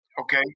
Okay